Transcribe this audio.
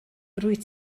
rwyt